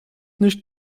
nicht